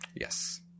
Yes